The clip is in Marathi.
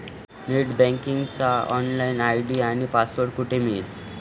नेट बँकिंगचा लॉगइन आय.डी आणि पासवर्ड कुठे मिळेल?